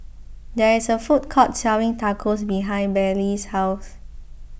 there is a food court selling Tacos behind Bailey's house